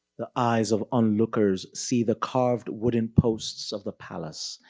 the eyes of onlookers see the carved wooden posts of the palace,